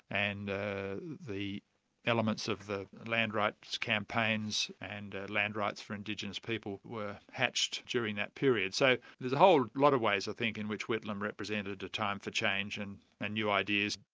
and the the elements of the land rights campaigns and land rights for indigenous people were hatched during that period. so there's a whole lot of ways i think in which whitlam represented a time for change and and new ideas.